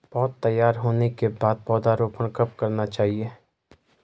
पौध तैयार होने के बाद पौधा रोपण कब करना चाहिए?